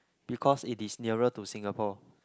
because it is nearest to Singapore